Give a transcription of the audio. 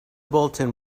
bulletin